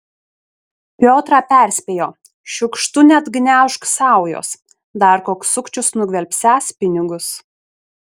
piotrą perspėjo šiukštu neatgniaužk saujos dar koks sukčius nugvelbsiąs pinigus